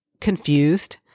confused